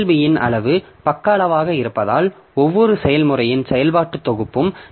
B இன் அளவு பக்க அளவாக இருப்பதால் ஒவ்வொரு செயல்முறையின் செயல்பாட்டுத் தொகுப்பும் டி